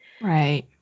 Right